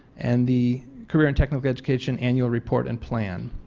and the career and technical education annual report and plan.